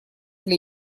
для